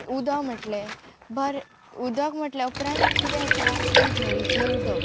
उदक म्हटलें बरें उदक म्हटल्यार उपरांत कितें येता की झरींतलें उदक